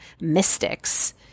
mystics